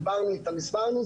דיברנו איתם, הסברנו.